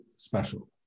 Special